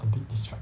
a bit distract